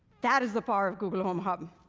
that is the power of google home hub.